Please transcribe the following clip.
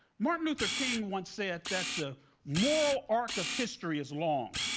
martin luther king once said that the moral arc of history is long,